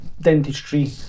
dentistry